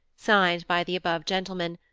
signed by the above gentlemen,